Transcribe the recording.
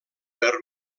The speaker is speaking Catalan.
per